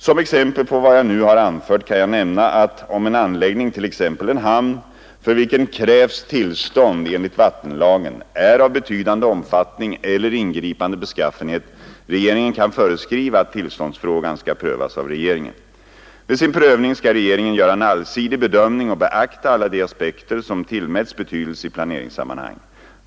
Som exempel på vad jag nu har anfört kan jag nämna att, om en anläggning — t.ex. en hamn — för vilken krävs tillstånd enligt vattenlagen, är av betydande omfattning eller ingripande beskaffenhet, regeringen kan föreskriva att tillståndsfrågan skall prövas av regeringen. Vid sin prövning skall regeringen göra en allsidig bedömning och beakta alla de aspekter som tillmäts betydelse i planeringssammanhang.